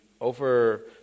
over